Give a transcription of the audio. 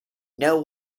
know